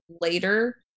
later